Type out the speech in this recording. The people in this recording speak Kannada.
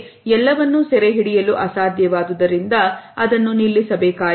ಆದರೆ ಎಲ್ಲವನ್ನು ಸೆರೆಹಿಡಿಯಲು ಅಸಾಧ್ಯವಾದುದರಿಂದ ಅದನ್ನು ನಿಲ್ಲಿಸಬೇಕಾಯಿತು